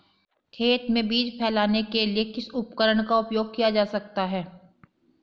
खेत में बीज फैलाने के लिए किस उपकरण का उपयोग किया जा सकता है?